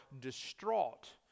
distraught